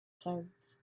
toads